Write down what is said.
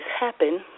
happen